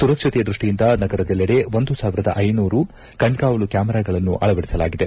ಸುರಕ್ಷತೆ ದೃಷ್ಷಿಯಿಂದ ನಗರದೆಲ್ಲೆಡೆ ಒಂದು ಸಾವಿರದ ಐನೂರು ಕಣ್ಗಾವಲು ಕ್ಯಾಮರಾಗಳನ್ನು ಅಳವಡಿಸಲಾಗಿದೆ